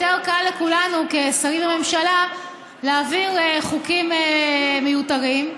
יותר קל לכולנו כשרים בממשלה להעביר חוקים מיותרים,